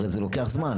זה הרי לוקח זמן.